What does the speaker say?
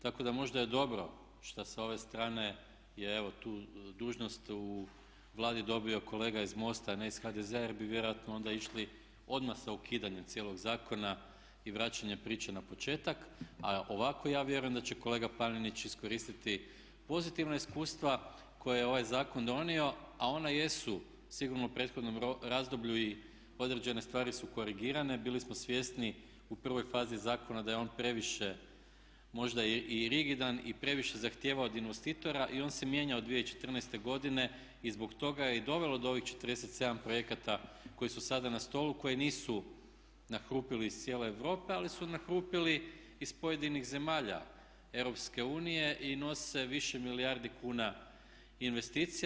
Tako da možda je dobro šta sa ove strane je evo tu dužnost u Vladi dobio kolega iz MOST-a, a ne iz HDZ-a jer bi vjerojatno onda išli odmah sa ukidanjem cijelog zakona i vraćanje priče na početak, a ovako ja vjerujem da će kolega Panenić iskoristiti pozitivna iskustva koja je ovaj zakon donio, a ona jesu sigurno u prethodnom razdoblju i određene stvari su korigirane, bili smo svjesni u prvoj fazi zakona da je on previše možda i rigidan i previše zahtijeva od investitora i on se mijenja od 2014. godine i zbog toga je i dovelo do ovih 47 projekata koji su sada na stolu koji nisu nahrupili iz cijele Europe, ali su nahrupili iz pojedinih zemalja EU i nose više milijardi kuna investicija.